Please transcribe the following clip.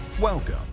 Welcome